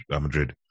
Madrid